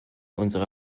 unsere